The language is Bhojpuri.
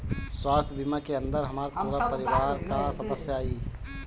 स्वास्थ्य बीमा के अंदर हमार पूरा परिवार का सदस्य आई?